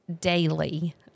daily